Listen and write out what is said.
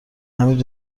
حمید